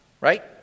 right